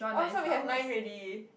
oh so we have nine already